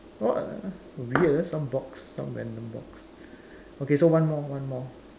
what uh weird ah some box some random box okay so one more one more